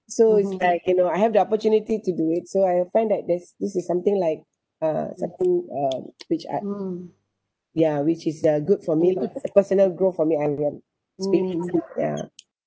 so it's like you know I have the opportunity to do it so I find that there's this is something like uh something um which I ya which is uh good for me personal growth for me ever speaking lead ya